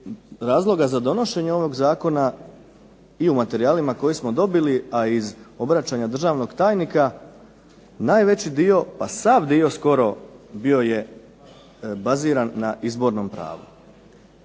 razloga za donošenje ovog zakona i u materijalima koje smo dobili, a i iz obraćanja državnog tajnika, najveći dio pa sav dio skoro bio je baziran na izbornom pravu.